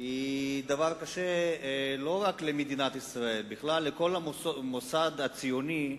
היא דבר קשה לא רק למדינת ישראל אלא בכלל לכל המוסד הציוני,